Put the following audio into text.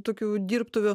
tokių dirbtuvių